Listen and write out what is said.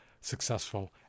successful